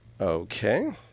Okay